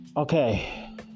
Okay